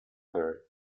third